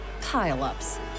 pile-ups